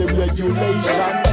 regulation